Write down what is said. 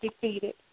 defeated